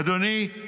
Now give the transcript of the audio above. אדוני,